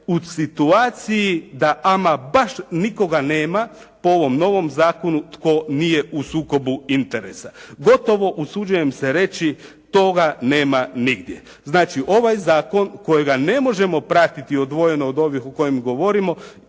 u situaciji da ama baš nikoga nema po ovom novom zakonu tko nije u sukobu interesa. Gotovo usuđujem se reći toga nema nigdje. Znači, ovaj zakon kojega ne možemo pratiti odvojeno od ovih o kojim govorimo